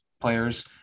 players